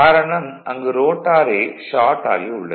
காரணம் அங்கு ரோட்டாரே ஷார்ட் ஆகி உள்ளது